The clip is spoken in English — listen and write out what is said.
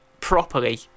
properly